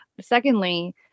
Secondly